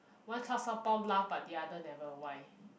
one char-shao-bao laugh but the other never why